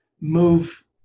move